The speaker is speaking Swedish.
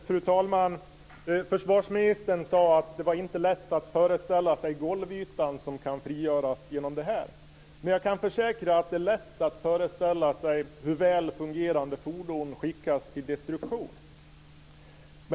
Fru talman! Försvarsministern sade att det inte är lätt att föreställa sig den golvyta som kan frigöras genom det här. Men jag kan försäkra att det är lätt att föreställa sig hur väl fungerande fordon skickas till destruktion.